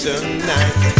Tonight